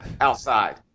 outside